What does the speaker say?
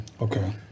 okay